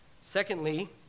Secondly